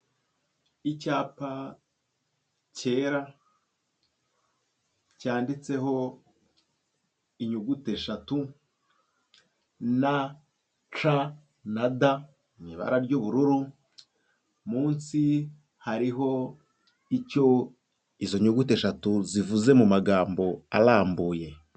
Icyapa cyera cyanditseho inyuguti eshatu N, C, na D mu ibara ry'ubururu, munsi hariho icyo izo nyuguti eshatu zivuze mu magambo arambuye.